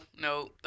no